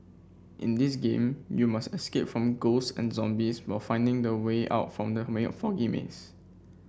in this game you must escape from ghost and zombies while finding the way of from the foggy maze